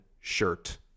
shirt